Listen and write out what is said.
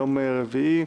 יום רביעי,